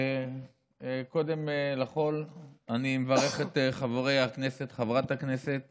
קודם לכול אני מברך את חברי הכנסת וחברת הכנסת